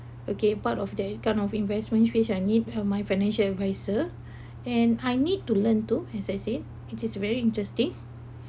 okay part of the kind of investments which I need uh my financial adviser and I need to learn too as I said it is very interesting